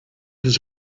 his